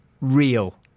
real